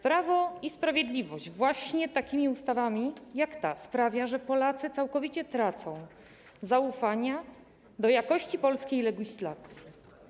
Prawo i Sprawiedliwość właśnie takimi ustawami jak ta sprawia, że Polacy całkowicie tracą zaufanie do jakości polskiej legislacji.